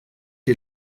die